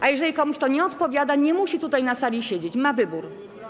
A jeżeli komuś to nie odpowiada, nie musi tutaj, na sali siedzieć, ma wybór.